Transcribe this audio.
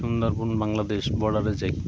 সুন্দরপন বাংলাদেশ বর্ডারে যায়